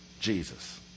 Jesus